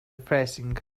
refreshing